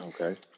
Okay